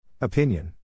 Opinion